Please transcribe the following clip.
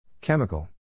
Chemical